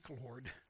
Lord